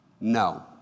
No